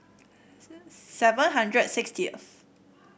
seven hundred sixty